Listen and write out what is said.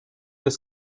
das